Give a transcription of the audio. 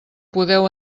podeu